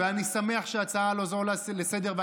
ואני שמח על ההצעה הזאת לסדר-היום,